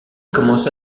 commença